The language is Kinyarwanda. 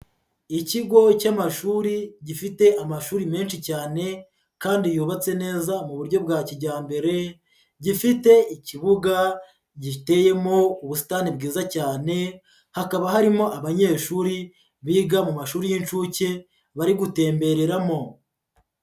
Ikigo cy'amashuri gifite amashuri menshi cyane kandi yubatse neza mu buryo bwa kijyambere, gifite ikibuga giteyemo ubusitani bwiza cyane, hakaba harimo abanyeshuri biga mu mashuri y'inshuke bari gutembereramo.